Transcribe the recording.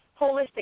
holistic